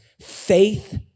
faith